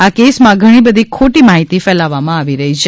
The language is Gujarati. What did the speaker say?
આ કેસમાં ધણી બધી ખોટી માહિતી ફેલાવવામાં આવી રહી છે